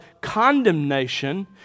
condemnation